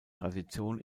tradition